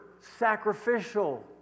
sacrificial